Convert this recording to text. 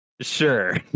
Sure